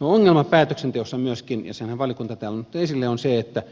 ongelma päätöksenteossa on myöskin ja senhän valiokunta täällä on ottanut esille se että